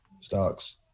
stocks